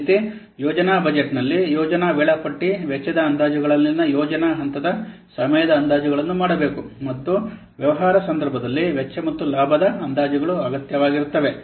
ಅದೇ ರೀತಿ ಯೋಜನಾ ಬಜೆಟ್ನಲ್ಲಿ ಯೋಜನಾ ವೇಳಾಪಟ್ಟಿ ವೆಚ್ಚದ ಅಂದಾಜುಗಳಲ್ಲಿನ ಯೋಜನಾ ಹಂತದ ಸಮಯದ ಅಂದಾಜುಗಳನ್ನು ಮಾಡಬೇಕು ಮತ್ತು ವ್ಯವಹಾರ ಸಂದರ್ಭದಲ್ಲಿ ವೆಚ್ಚ ಮತ್ತು ಲಾಭದ ಅಂದಾಜುಗಳು ಅಗತ್ಯವಾಗಿರುತ್ತದೆ